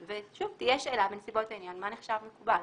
ושוב, תהיה שאלה בנסיבות העניין מה נחשב מקובל.